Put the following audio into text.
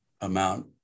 amount